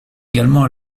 également